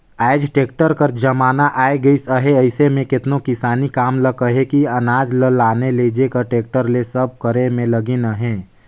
आएज टेक्टर कर जमाना आए गइस अहे अइसे में केतनो किसानी काम ल कहे कि अनाज ल लाने लेइजे कर टेक्टर ले सब करे में लगिन अहें